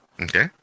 Okay